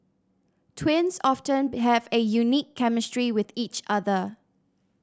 twins often have a unique chemistry with each other